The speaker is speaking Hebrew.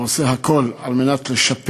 הוא עושה הכול לשפר